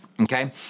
okay